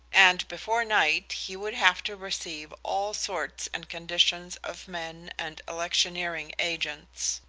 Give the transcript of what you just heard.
and before night he would have to receive all sorts and conditions of men and electioneering agents.